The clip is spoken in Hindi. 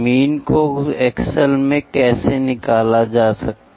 मीन को एक्सेल में कैसे निकाला जा सकता है